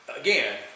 again